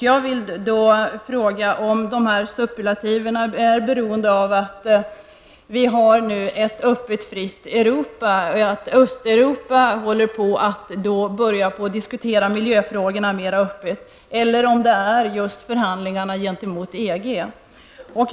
Jag vill då fråga om de superlativerna är beroende av att vi nu har ett öppet och fritt Europa och att Östeuropa börjat diskutera miljöfrågorna mer öppet, eller om det är just förhandlingarna med EG som motiverar dem.